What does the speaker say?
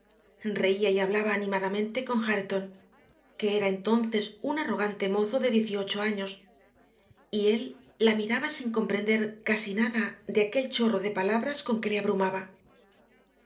reía y hablaba animadamente con hareton que era entonces un arrogante mozo de dieciocho años y él la miraba sin comprender casi nada de aquel chorro de palabras con que le abrumaba